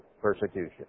persecution